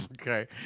Okay